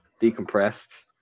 decompressed